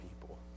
people